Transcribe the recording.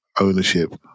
ownership